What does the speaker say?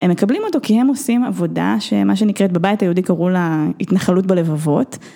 הם מקבלים אותו כי הם עושים עבודה שמה שנקראת בבית היהודי קראו לה התנחלות בלבבות.